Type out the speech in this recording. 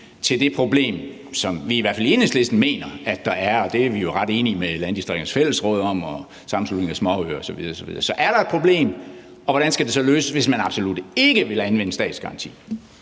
på det problem, som vi i hvert fald i Enhedslisten mener at der er? Og der er vi jo ret enige med Landdistrikternes Fællesråd og Sammenslutningen af Danske Småøer osv. osv. Så er der et problem? Og hvordan skal det så løses, hvis man absolut ikke vil anvende statsgaranti?